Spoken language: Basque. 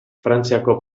frantziako